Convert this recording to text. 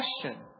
question